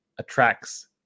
attracts